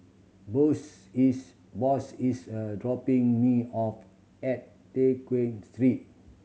Boss is Boss is a dropping me off at Tew Chew Street